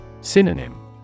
Synonym